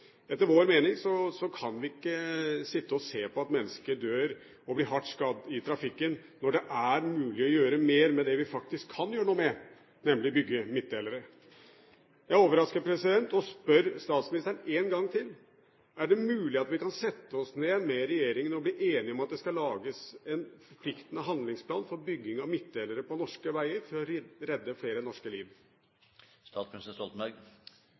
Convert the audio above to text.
Etter vår mening kan vi ikke sitte og se på at mennesker dør eller blir hardt skadd i trafikken, når det er mulig å gjøre mer med det vi faktisk kan gjøre noe med, nemlig å bygge midtdelere. Jeg er overrasket og spør statsministeren en gang til: Er det mulig at vi kan sette oss ned med regjeringen for å bli enige om at det skal lages en forpliktende handlingsplan for bygging av midtdelere på norske veger, for å redde flere norske